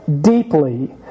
deeply